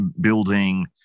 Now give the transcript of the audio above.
building